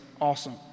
awesome